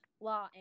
law